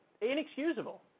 inexcusable